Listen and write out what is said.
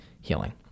healing